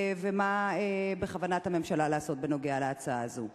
ומה בכוונת הממשלה לעשות בעניין ההצעה הזאת?